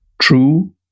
true